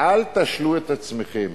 אל תשלו את עצמכם